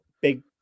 big